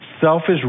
selfish